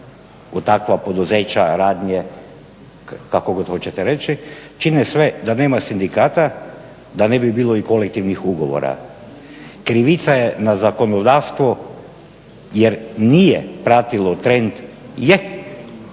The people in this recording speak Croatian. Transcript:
u takva poduzeća, radnje, kako god hoćete reći, čine sve da nema sindikata, da ne bi bilo i kolektivnih ugovora. Krivica je na zakonodavstvo jer nije pratilo trend, je